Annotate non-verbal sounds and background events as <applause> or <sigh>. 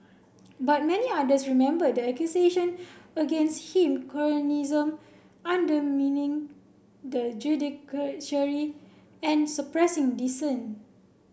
but many others remember the accusation against him cronyism undermining the <unintelligible> and suppressing dissent